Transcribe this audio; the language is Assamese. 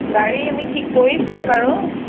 গাড়ী আমি ঠিক কৰিছোৱে বাৰু